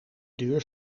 deur